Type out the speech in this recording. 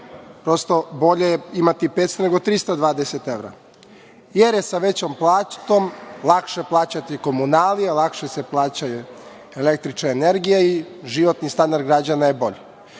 bolje je imati 500 nego 320 evra, jer je sa većom platom lakše plaćati komunalije, lakše se plaća električna energija i životni standard građana je bolji. Evo,